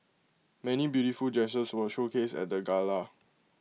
many beautiful dresses were showcased at the gala